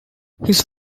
his